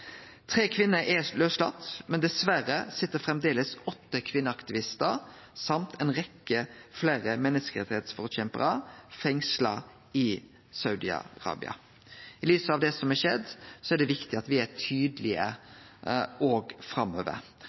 Tre kvinner er lauslatne, men dessverre sit framleis åtte kvinneaktivistar og ei rekkje andre menneskerettsforkjemparar fengsla i Saudi-Arabia. I lys av det som er skjedd, er det viktig at me er tydelege òg framover.